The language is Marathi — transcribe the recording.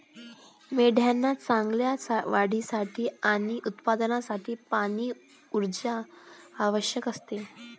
मेंढ्यांना चांगल्या वाढीसाठी आणि उत्पादनासाठी पाणी, ऊर्जा आवश्यक असते